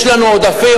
יש לנו עודפים,